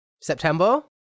September